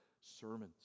sermons